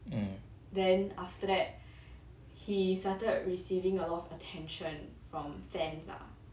mm